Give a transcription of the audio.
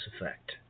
effect